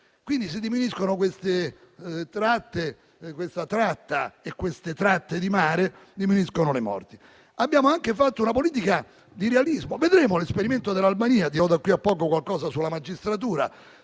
Se diminuiscono queste tratte (questa tratta e queste tratte di mare), diminuiscono anche le morti. Abbiamo anche intrapreso una politica di realismo. Vedremo se l'esperimento dell'Albania - e dirò da qui a poco qualcosa sulla magistratura